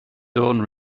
dawn